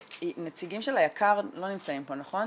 נציגים של היק"ר לא נמצאים פה נכון?